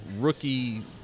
rookie